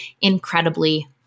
incredibly